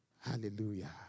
Hallelujah